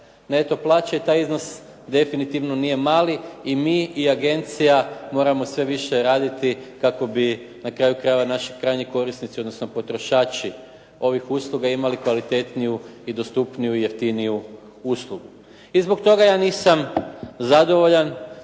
neto plaće i taj iznos definitivno nije mali i mi i agencija moramo sve više raditi kako bi na kraju krajeva naši krajnji korisnici odnosno potrošači ovih usluga imali kvalitetniju, dostupniju i jeftiniju uslugu. I zbog toga nisam zadovoljan